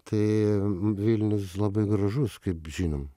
tai vilnius labai gražus kaip žinom